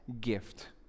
gift